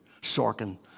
Sorkin